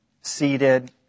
seated